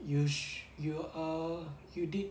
you you are you did